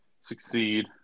succeed